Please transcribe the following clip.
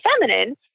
feminine